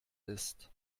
ist